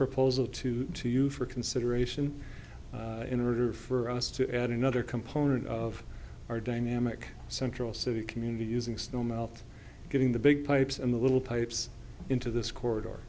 proposal to to you for consideration in order for us to add another component of our dynamic central city community using snow melt getting the big pipes and the little pipes into this co